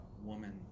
woman